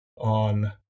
on